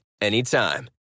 anytime